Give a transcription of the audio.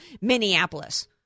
minneapolis